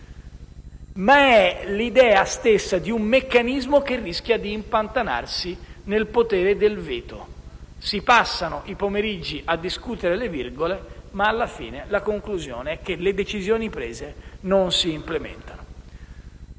ma l'idea stessa di un meccanismo che rischia di impantanarsi sul potere di veto. Si passano i pomeriggi a discutere le virgole, ma alla fine la conclusione è che le decisioni prese non si implementano.